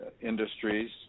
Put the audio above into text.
industries